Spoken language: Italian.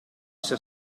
sia